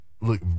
Look